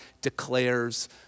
declares